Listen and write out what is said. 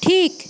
ঠিক